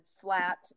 flat